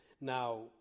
Now